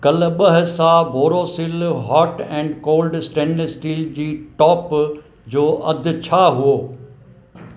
कल ॿ हिस्सा Borosil hot and cold stainless steel tea top जो अघु छा हो